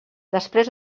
després